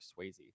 swayze